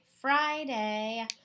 friday